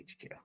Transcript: HQ